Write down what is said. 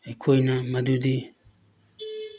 ꯑꯩꯈꯣꯏꯅ ꯃꯗꯨꯗꯤ